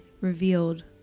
revealed